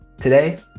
today